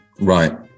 right